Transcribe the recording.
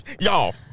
Y'all